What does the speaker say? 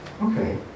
okay